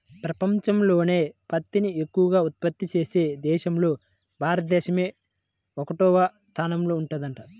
పెపంచంలోనే పత్తిని ఎక్కవగా ఉత్పత్తి చేసే దేశాల్లో భారతదేశమే ఒకటవ స్థానంలో ఉందంట